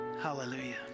Hallelujah